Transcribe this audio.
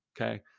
Okay